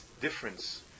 difference